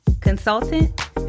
consultant